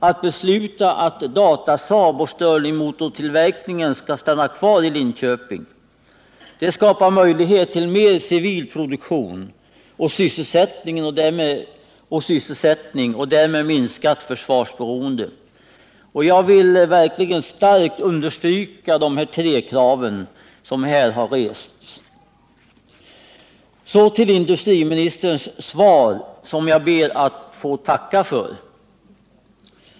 Att besluta att Datasaab och stirlingmotortillverkningen skall stanna kvar i Linköping. Det skapar möjlighet till mer civil produktion och sysselsättning och därmed minskat försvarsberoende. Jag vill verkligen starkt understryka de här tre kraven som har rests. Så till industriministerns svar, som jag ber att få tacka för.